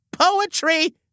poetry